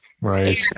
Right